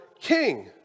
king